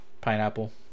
Pineapple